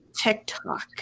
TikTok